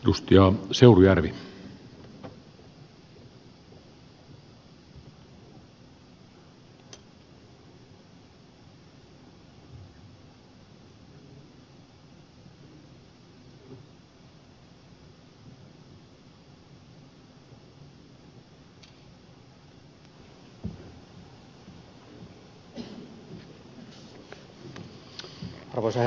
arvoisa herra puhemies